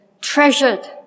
treasured